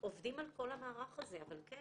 עובדים על כל המערך הזה, אבל כן,